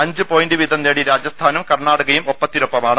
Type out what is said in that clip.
അഞ്ച് പോയിന്റ് വീതം നേടി രാജസ്ഥാനും കർണ്ണാടകയും ഒപ്പത്തിനൊപ്പമാണ്